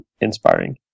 inspiring